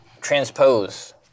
transpose